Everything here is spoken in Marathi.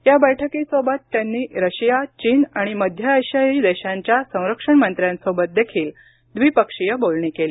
या बैठकीसोबत त्यांनी रशिया चीन आणि मध्य आशियाई देशांच्या संरक्षण मंत्र्यांसोबत देखील द्विपक्षीय बोलणी केली